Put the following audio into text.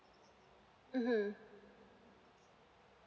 mmhmm